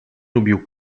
lubił